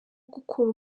gukura